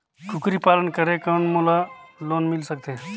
कूकरी पालन करे कौन मोला लोन मिल सकथे?